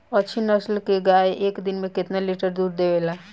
अच्छी नस्ल क गाय एक दिन में केतना लीटर दूध देवे ला?